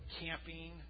camping